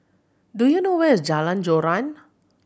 do you know where is Jalan Joran